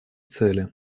цели